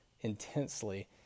intensely